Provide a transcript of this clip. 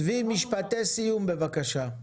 צבי, משפטי סיום בבקשה.